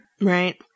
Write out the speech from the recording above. Right